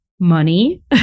money